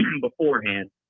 beforehand